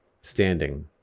standing